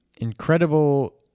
Incredible